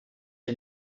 ihr